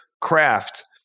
craft